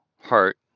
heart